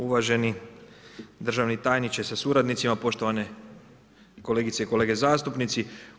Uvaženi državni tajniče sa suradnicima, poštovane kolegice i kolege zastupnici.